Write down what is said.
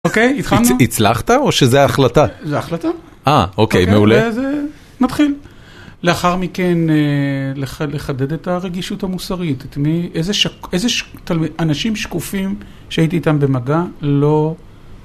אוקיי, התחלנו. הצלחת או שזה ההחלטה? זו ההחלטה. אה, אוקיי, מעולה. זה, זה, נתחיל. לאחר מכן, לחדד את הרגישות המוסרית, איזה אנשים שקופים שהייתי איתם במגע לא...